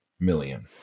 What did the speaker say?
million